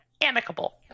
amicable